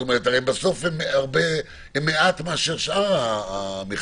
הרי בסוף המשרות האלה הן מועטות לעומת שאר המשרדים.